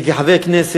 אני, כחבר כנסת,